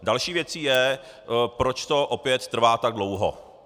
Další věcí je, proč to opět trvá tak dlouho.